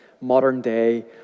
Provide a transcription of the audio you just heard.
modern-day